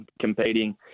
competing